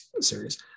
series